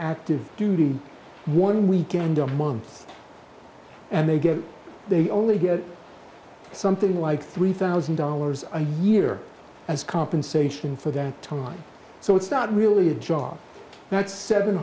active duty one weekend a month and they get they only get something like three thousand dollars a year as compensation for that time so it's not really a job that's seven